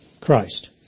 Christ